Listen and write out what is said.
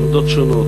מעמדות שונות,